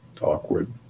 awkward